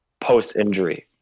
post-injury